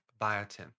biotin